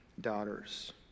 daughters